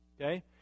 Okay